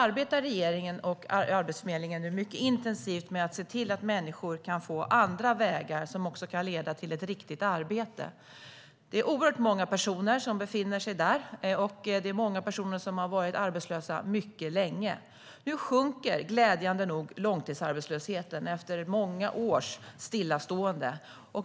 Regeringen och Arbetsförmedlingen arbetar nu mycket intensivt med att se till att människor kan få andra vägar som kan leda till ett riktigt arbete. Det är oerhört många personer som befinner sig i fas 3, och det är många personer som har varit arbetslösa mycket länge. Nu sjunker, glädjande nog, långtidsarbetslösheten efter många års stillastående.